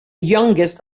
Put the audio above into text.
youngest